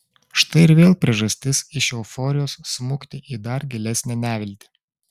štai ir vėl priežastis iš euforijos smukti į dar gilesnę neviltį